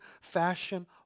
fashion